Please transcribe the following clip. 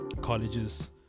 colleges